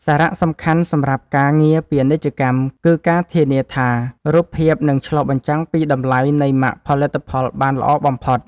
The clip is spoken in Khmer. សារៈសំខាន់សម្រាប់ការងារពាណិជ្ជកម្ម គឺការធានាថារូបភាពនឹងឆ្លុះបញ្ចាំងពីតម្លៃនៃម៉ាកផលិតផលបានល្អបំផុត។